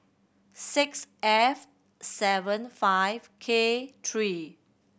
six F seven five K three